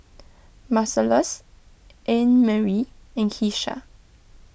Marcellus Annemarie in Keisha